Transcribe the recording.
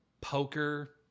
poker